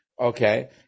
Okay